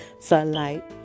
Sunlight